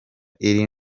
iri